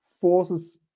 forces